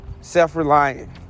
self-reliant